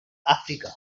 africa